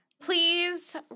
Please